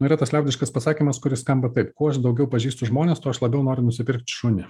nu yra tas liaudiškas pasakymas kuris skamba taip kuo aš daugiau pažįstu žmones tuo aš labiau noriu nusipirkt šunį